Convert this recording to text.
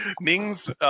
Ming's